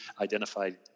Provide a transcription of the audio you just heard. identified